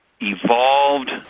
evolved